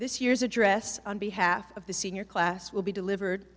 this year's address on behalf of the senior class will be delivered